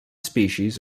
species